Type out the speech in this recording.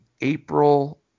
April